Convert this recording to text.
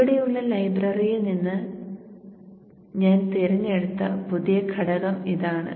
ഇവിടെയുള്ള ലൈബ്രറിയിൽ നിന്ന് ഞാൻ തിരഞ്ഞെടുത്ത പുതിയ ഘടകം ഇതാണ്